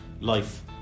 life